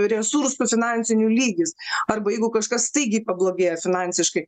resursų finansinių lygis arba jeigu kažkas staigiai pablogėja finansiškai